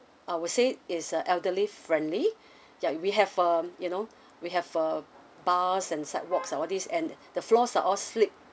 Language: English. I would say is uh elderly friendly yeah we have um you know we have err bars and sidewalks uh all these and the floors are all slip